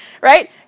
right